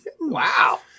Wow